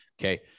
okay